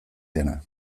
dena